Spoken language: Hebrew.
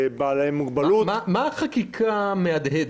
בעלי מוגבלות --- מה החקיקה המהדהדת,